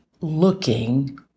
looking